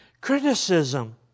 Criticism